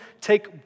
take